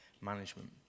management